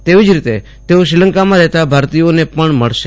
તેવી જ રીતે તેઓ શ્રીલંકામાં રહેતા ભારતીયોને પણ મળશે